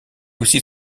aussi